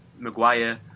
Maguire